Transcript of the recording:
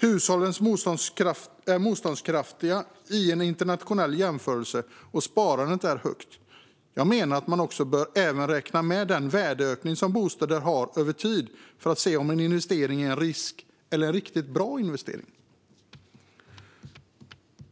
Hushållen är motståndskraftiga i en internationell jämförelse, och sparandet är högt. Jag menar att man även bör räkna med den värdeökning som bostäder har över tid för att se om en investering är en risk eller en riktigt bra investering.